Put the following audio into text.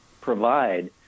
provide